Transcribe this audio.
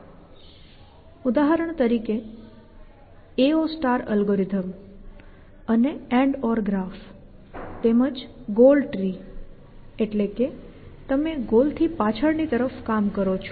સમય 3553 નો સંદર્ભ લો ઉદાહરણ તરીકે સમય 3536 નો સંદર્ભ લો AO અલ્ગોરિધમ AO Algorithm અને ANDOR ગ્રાફ ANDOR graph તેમજ ગોલ ટ્રી એટલે કે તમે ગોલ થી પાછળ ની તરફ કામ કરો છો